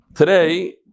Today